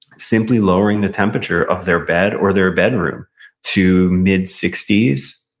simply lowering the temperature of their bed, or their bedroom to mid sixty s,